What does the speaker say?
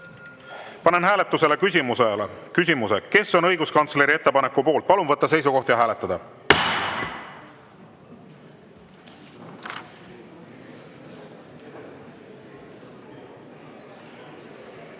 Panen hääletusele küsimuse, kes on õiguskantsleri ettepaneku poolt. Palun võtta seisukoht ja hääletada!